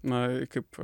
na kaip